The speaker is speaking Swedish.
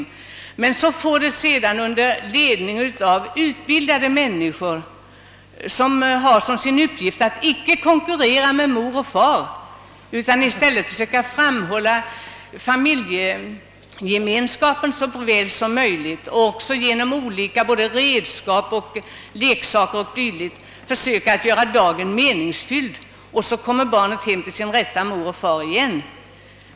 På barndaghemmet står det dock sedan under ledning av utbildad personal, som har till uppgift att inte konkurrera med mor och far utan i stället försöka framhålla familjegemenskapen så mycket som möjligt. Också genom olika redskap, leksaker och dylikt får barnet en meningsfylld sysselsättning, tills det sedan kommer hem till sin rätta mor och far igen.